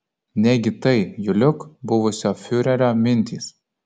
negi tai juliuk buvusio fiurerio mintys